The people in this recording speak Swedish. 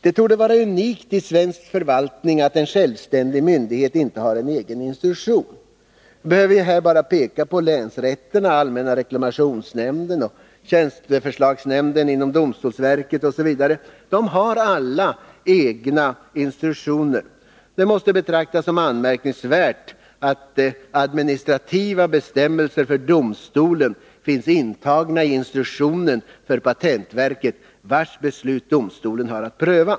Det torde vara unikt i svensk förvaltning att en självständig myndighet inte har en egen instruktion. Jag behöver bara peka på länsrätterna, allmänna reklamationsnämnden, tjänsteförslagsnämnden inom domstolsverket osv. De har alla egna instruktioner. Det måste betraktas som anmärkningsvärt att administrativa bestämmelser för domstolen finns intagna i instruktionen för patentverket, vars beslut domstolen har att pröva.